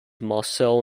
marcel